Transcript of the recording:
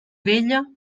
vella